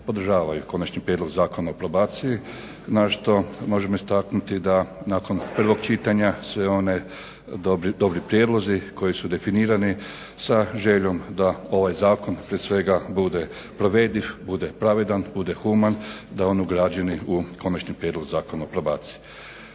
podržavaju Konačni prijedlog zakona o probaciji, na što možemo istaknuti da nakon prvog čitanja svi oni dobri prijedlozi koji su definirani sa željom da ovaj zakon prije svega bude provediv, bude pravedan, bude human, da je on ugrađen u Konačni prijedlog zakona o probaciji.